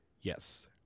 Yes